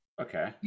Okay